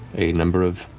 a number of,